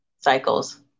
cycles